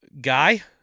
guy